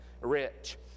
rich